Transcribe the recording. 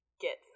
get